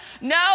No